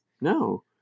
No